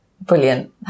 brilliant